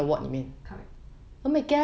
correct